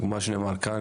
כמו שנאמר כאן,